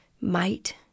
Might